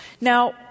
Now